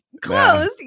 close